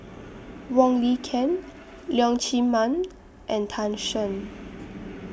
Wong Lin Ken Leong Chee Mun and Tan Shen